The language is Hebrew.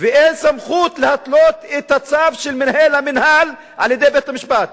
ואין סמכות להתנות את הצו של מנהל המינהל על-ידי בית-המשפט,